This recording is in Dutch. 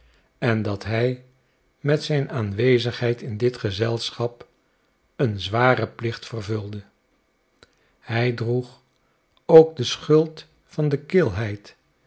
en dat hij met zijn aanwezigheid in dit gezelschap een zwaren plicht vervulde hij droeg ook de schuld van de kilheid